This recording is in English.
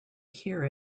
hear